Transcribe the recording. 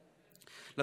בהקדם האפשרי.